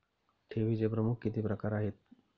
ठेवीचे प्रमुख किती प्रकार आहेत?